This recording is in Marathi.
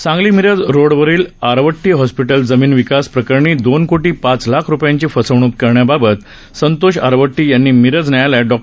सांगली मिरज रोडवरील आरवट्टगी हॉस्पिटल जमीन विकास प्रकरणी दोन कोटी पाच लाख रुपयांची फसवणूक करण्याबाबत संतोष आरवट्टगी यांनी मिरज न्यायालयात डॉ